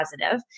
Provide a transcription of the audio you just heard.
positive